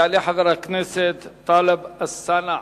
יעלה חבר הכנסת טלב אלסאנע.